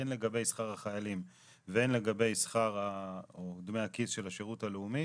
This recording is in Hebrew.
הן לגבי שכר החיילים והן לגבי דמי הכיס של השירות הלאומי